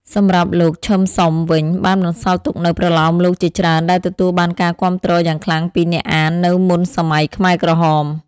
សម្រាប់់លោក ឈឹម ស៊ុម វិញ បានបន្សល់ទុកនូវប្រលោមលោកជាច្រើនដែលទទួលបានការគាំទ្រយ៉ាងខ្លាំងពីអ្នកអាននៅមុនសម័យខ្មែរក្រហម។